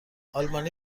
آلمانی